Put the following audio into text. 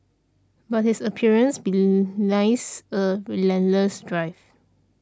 but his appearance belies a relentless drive